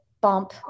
bump